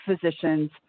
physicians